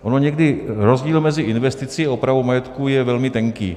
Ono někdy rozdíl mezi investicí a opravou majetku je velmi tenký.